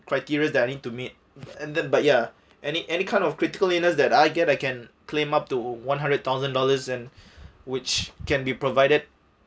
criteria that I need to meet and then but ya any any kind of critical illness that I get I can claim up to one hundred thousand dollars and which can be provided